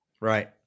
Right